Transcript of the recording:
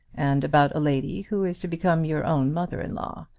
and about a lady who is to become your own mother-in-law.